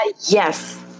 Yes